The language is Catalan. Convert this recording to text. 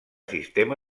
sistema